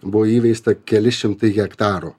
buvo įveista keli šimtai hektarų